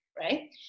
right